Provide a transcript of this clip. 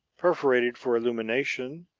perforated for illumination,